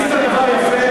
עשית דבר יפה,